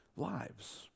lives